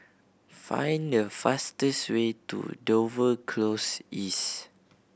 find the fastest way to Dover Close East